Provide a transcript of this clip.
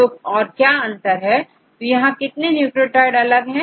तो क्या अंतर है यहां कितने न्यूक्लियोटाइड अलग है